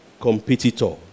competitor